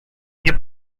nie